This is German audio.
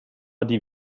die